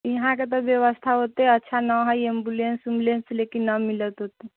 यहाँके तऽ व्यवस्था ओतेक अच्छा ना हइ एम्बुलेंस उम्बेलेंस लेकिन ना मिलत ओतेक